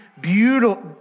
beautiful